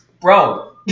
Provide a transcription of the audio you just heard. bro